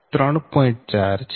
4 છે